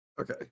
Okay